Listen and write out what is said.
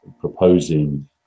proposing